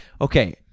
okay